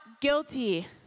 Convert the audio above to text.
guilty